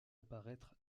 apparaître